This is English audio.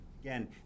Again